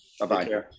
Bye-bye